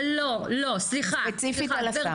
אבל לא, לא, סליחה, גברתי -- ספציפית על הסם.